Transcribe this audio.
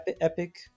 Epic